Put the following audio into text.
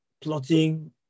plotting